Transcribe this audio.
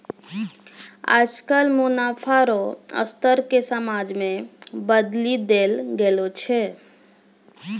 आजकल मुनाफा रो स्तर के समाज मे बदली देल गेलो छै